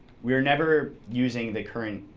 we're never using the current